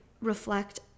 reflect